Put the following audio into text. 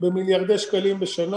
במיליארדי שקלים בשנה.